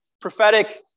prophetic